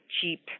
cheap